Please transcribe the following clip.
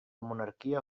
monarquia